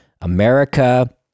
America